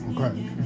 Okay